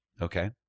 Okay